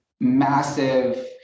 massive